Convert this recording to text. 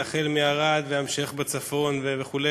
החל מערד והמשך בצפון וכו'.